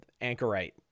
anchorite